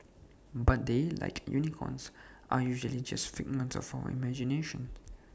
but they like unicorns are usually just figments of our imagination